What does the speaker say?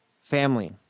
family